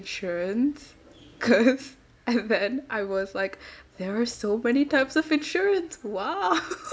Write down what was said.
insurance because and then I was like there are so many types of insurance !wow!